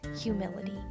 humility